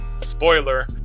spoiler